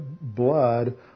blood